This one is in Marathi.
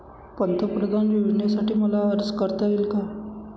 पंतप्रधान योजनेसाठी मला अर्ज करता येईल का?